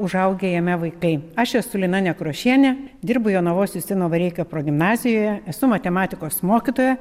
užaugę jame vaikai aš esu lina nekrošienė dirbu jonavos justino vareikio progimnazijoje esu matematikos mokytoja